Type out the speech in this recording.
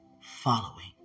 following